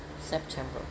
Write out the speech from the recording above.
September